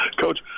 Coach